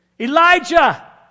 Elijah